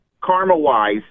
karma-wise